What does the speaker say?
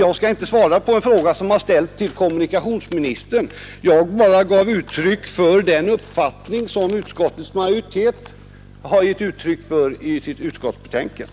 Jag skall inte svara på en fråga som ställts till kommunikationsministern. Jag gav bara uttryck för den uppfattning som utskottets majoritet framfört i sitt betänkande.